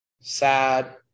sad